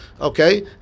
okay